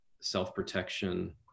self-protection